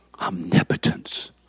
Omnipotence